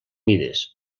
mides